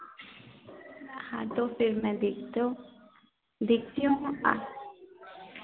हाँ तो फिर मैं देखती हूँ देखती हूँ आप